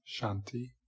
Shanti